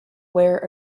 where